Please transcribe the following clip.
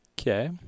Okay